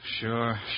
Sure